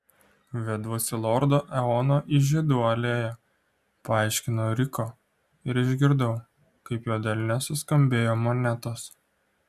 veduosi lordą eoną į žiedų alėją paaiškino ryko ir išgirdau kaip jo delne suskambėjo monetos